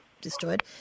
destroyed